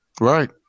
Right